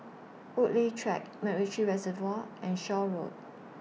Woodleigh Track Macritchie Reservoir and Shaw Road